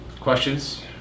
Questions